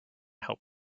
help